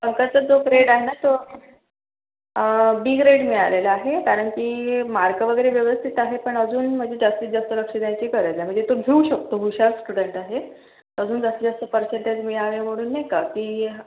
पंकजचा जो ग्रेड आहे ना तो बी ग्रेड मिळालेला आहे कारण की मार्क वगैरे व्यवस्थित आहे पण अजून म्हणजे जास्तीत जास्त लक्ष द्यायची गरज आहे म्हणजे तो घेऊ शकतो हुशार स्टुडन्ट आहे अजून जास्तीत जास्त परसेंटेज मिळावे म्हणून नाही का की